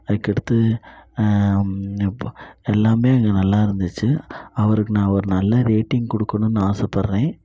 அதுக்கடுத்து எல்லாமே நல்லாருந்திச்சு அவருக்கு நான் ஒரு நல்ல ரேட்டிங் கொடுக்குணுன்னு ஆசைப்பட்றேன்